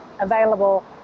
available